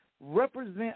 represent